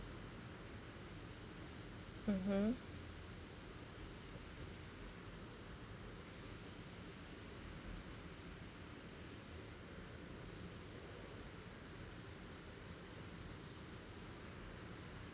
mmhmm